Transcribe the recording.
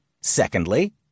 Secondly